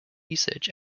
research